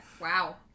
wow